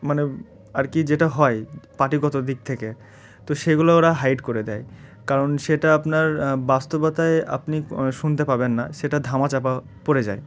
মানে আর কি যেটা হয় পার্টিগত দিক থেকে তো সেগুলো ওরা হাইড করে দেয় কারণ সেটা আপনার বাস্তবতায় আপনি শুনতে পাবেন না সেটা ধামাচাপা পড়ে যায়